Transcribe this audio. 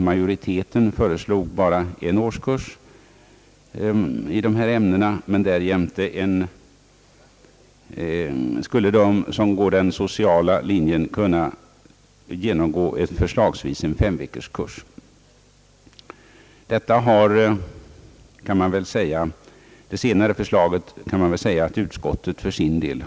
Majoriteten föreslog allenast en årskurs i de ifrågavarande ämnena. För de elever som gått den sociala knjens språkliga gren och alltså inte läst matematik, fysik och kemi skulle en kurs på förslagsvis fem veckor anordnas. Det senare förslaget kan man. väl säga att utskottet för sin del.